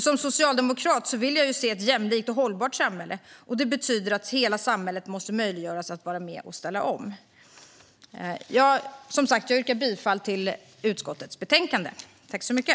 Som socialdemokrat vill jag se ett jämlikt och hållbart samhälle. Det betyder att hela samhället måste kunna vara med och ställa om. Jag yrkar som sagt bifall till förslaget i betänkandet.